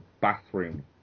bathroom